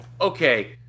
okay